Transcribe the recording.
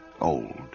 old